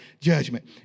judgment